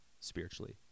spiritually